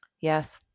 Yes